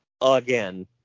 again